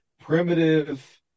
primitive